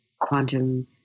quantum